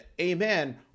amen